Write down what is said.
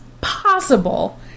possible